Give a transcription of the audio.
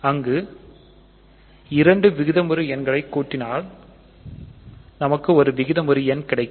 இங்கு இரண்டு விகிதமுறு எங்களை கூட்டினால் நமக்கு ஒரு விகிதமுறு எண் கிடைக்கும்